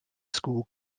school